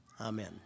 Amen